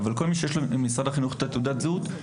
אבל כל מי שלמשרד החינוך יש תעודת זהות שלו,